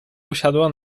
usiadła